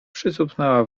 przycupnęła